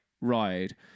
ride